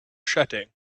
setting